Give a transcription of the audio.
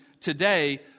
today